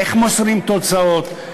איך מוסרים תוצאות.